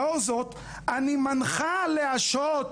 לאור זאת אני מנחה להשהות